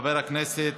חבר הכנסת